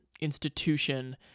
institution